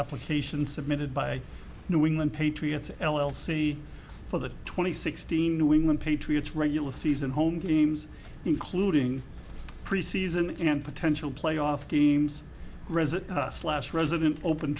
application submitted by new england patriots l l c for the twenty sixteen new england patriots regular season home games including preseason and potential playoff teams resit slash resident open